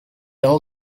all